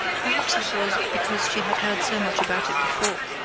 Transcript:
perhaps it was because she had heard so much about it before.